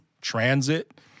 transit